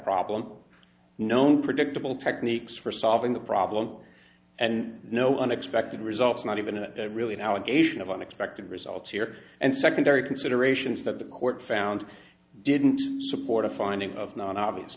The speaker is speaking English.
problem known predictable techniques for solving the problem and no unexpected results not even really an allegation of unexpected results here and secondary considerations that the court found didn't support a finding of non obvious